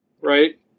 Right